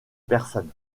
personne